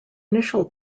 initial